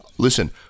Listen